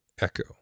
Echo